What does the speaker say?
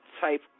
type